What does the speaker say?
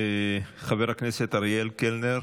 חבר הכנסת אריאל קלנר,